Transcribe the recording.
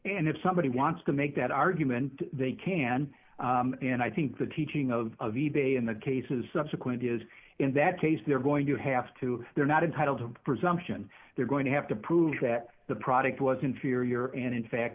and if somebody wants to make that argument they can and i think the teaching of of e bay in the cases subsequent is in that case they're going to have to they're not entitled to a presumption they're going to have to prove that the product was inferior and in fact